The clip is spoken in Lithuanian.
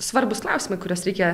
svarbūs klausimai kuriuos reikia